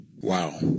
Wow